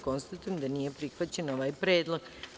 Konstatujem da nije prihvaćen ovaj predlog.